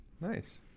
Nice